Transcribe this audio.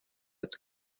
its